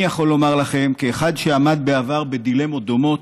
אני יכול לומר לכם כאחד שעמד בעבר בדילמות דומות,